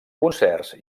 concerts